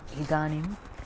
इदानीं